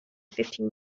fifteen